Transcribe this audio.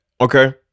Okay